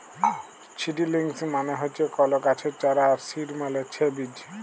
seedlings মানে হচ্যে কল গাছের চারা আর সিড মালে ছে বীজ